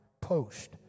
post